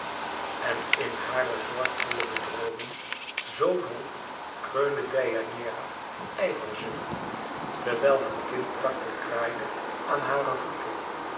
en in hare zorgvolle bedrooming zoo droef kreunde deianeira van ijverzucht terwijl het kind dartel kraaide aan haren voet